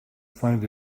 find